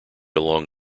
along